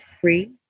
free